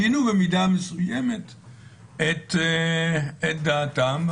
שינו במידה מסוימת את דעתם,